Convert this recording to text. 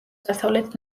დასავლეთ